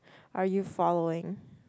are you following